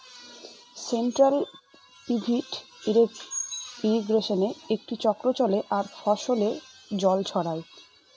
central pivot ইর্রিগেশনে একটি চক্র চলে আর ফসলে জল ছড়ায়